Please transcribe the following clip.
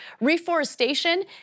reforestation